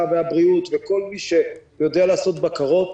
והבריאות וכל מי שיודע לעשות בקרות,